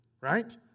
right